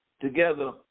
together